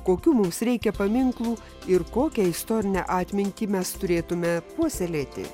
kokių mums reikia paminklų ir kokią istorinę atmintį mes turėtume puoselėti